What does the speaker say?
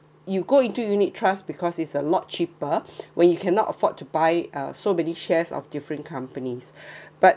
you go into unit trust because is a lot cheaper when you cannot afford to buy uh so many shares of different companies but